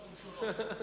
שונות ומשונות.